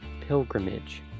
Pilgrimage